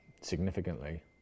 significantly